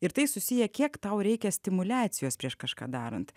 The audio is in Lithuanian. ir tai susiję kiek tau reikia stimuliacijos prieš kažką darant